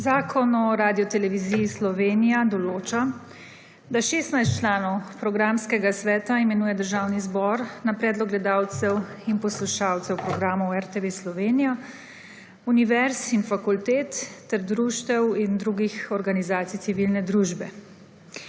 Zakon o Radioteleviziji Slovenija določa, da 16 članov programskega sveta imenuje državni zbor na predlog gledalcev in poslušalcev programov RTV Slovenija, univerz in fakultet ter društev in drugih organizacij civilne družbe.